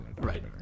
Right